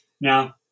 Now